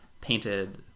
painted